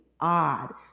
odd